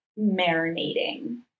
marinating